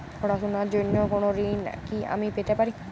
পড়াশোনা র জন্য কোনো ঋণ কি আমি পেতে পারি?